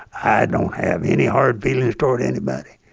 i don't have any hard feelings toward anybody.